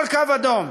כל קו אדום,